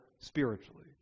spiritually